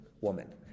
woman